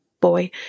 boy